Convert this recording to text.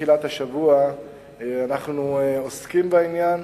מתחילת השבוע אנחנו עוסקים בעניין,